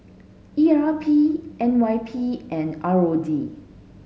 E R P N Y P and R O D